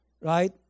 right